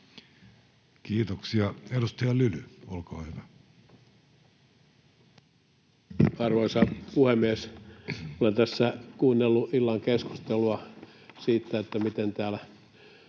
Kiitoksia. — Edustaja Lyly, olkaa hyvä. Arvoisa puhemies! Olen tässä kuunnellut illan keskustelua siitä, miten täällä